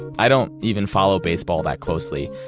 i don't even follow baseball that closely,